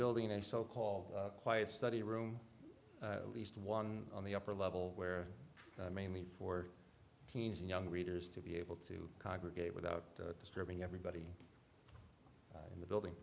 building a so called quiet study room at least one on the upper level where mainly for teens and young readers to be able to congregate without disturbing everybody in the building